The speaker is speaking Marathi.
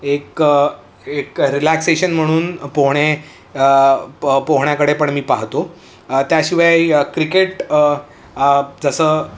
एक एक रिलॅक्सेशन म्हणून पोहणे पोहण्याकडे पण मी पाहतो त्याशिवाय क्रिकेट जसं